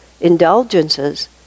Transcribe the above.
indulgences